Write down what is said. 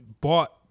bought